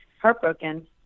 heartbroken